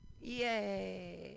Yay